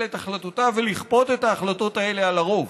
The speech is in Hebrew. את החלטותיו ולכפות את ההחלטות האלה על הרוב,